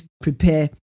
prepare